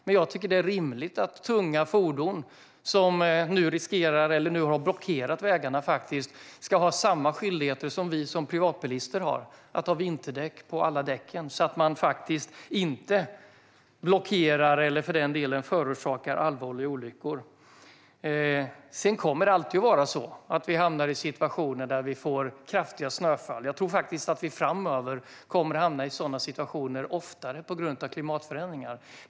Men jag tycker att det är rimligt att tunga fordon som riskerar att blockera vägarna, och som nu också har gjort det, ska ha samma skyldigheter som vi privatbilister har att ha vinterdäck på alla däck så att man inte blockerar vägen eller, för den delen, förorsakar allvarliga olyckor. Sedan kommer det alltid att vara så att vi hamnar i situationer där vi får kraftiga snöfall. Jag tror att vi framöver kommer att hamna i sådana situationer oftare på grund av klimatförändringar.